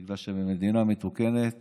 בגלל שבמדינה מתוקנת